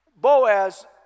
Boaz